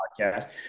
podcast